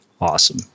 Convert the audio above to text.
awesome